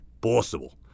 possible